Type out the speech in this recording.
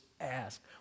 ask